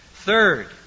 Third